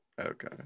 okay